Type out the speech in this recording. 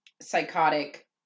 psychotic